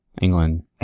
England